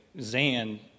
Zan